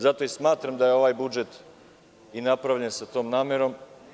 Zato i smatram da je ovaj budžet i napravljen sa tom namerom.